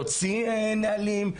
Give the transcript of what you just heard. להוציא נהלים,